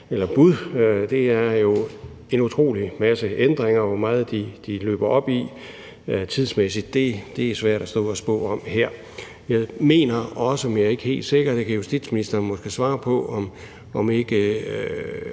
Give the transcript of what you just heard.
bud, og det er en utrolig masse ændringer, og hvor meget de løber op i tidsmæssigt, er svært at stå og spå om her. Jeg mener også, men er ikke helt sikker, og det kan justitsministeren måske svare på, at